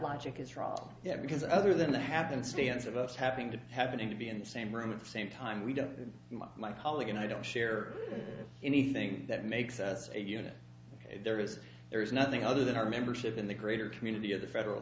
logic is wrong because other than the happenstance of us happening to happening to be in the same room at the same time we don't my colleague and i don't share anything that makes us a unit there is there is nothing other than our membership in the greater community at the federal